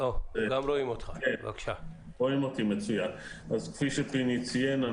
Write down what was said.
כפי שפיני שני ציין,